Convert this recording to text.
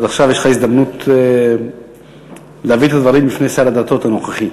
אז עכשיו יש לך הזדמנות להביא את הדברים בפני שר הדתות הנוכחי.